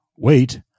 Wait